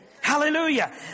Hallelujah